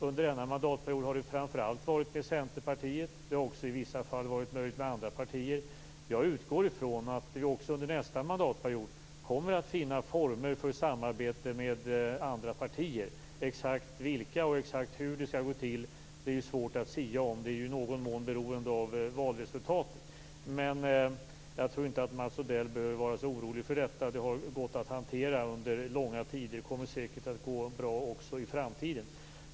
Under denna mandatperiod har det framför allt varit med Centerpartiet. Det har också i vissa fall varit med andra partier. Jag utgår ifrån att det också under nästa mandatperiod kommer att finnas former för samarbete med andra partier. Exakt vilka och exakt hur det skall gå till är svårt att sia om. Det är i någon mån beroende av valresultatet. Men jag tror inte att Mats Odell behöver vara så orolig för detta. Det har gått att hantera under långa tider, och det kommer säkert att går bra också i framtiden.